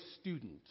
student